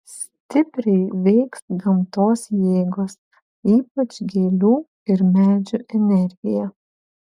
stipriai veiks gamtos jėgos ypač gėlių ir medžių energija